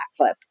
backflip